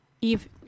Eve